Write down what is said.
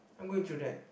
I'm going through that